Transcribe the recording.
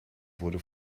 wurde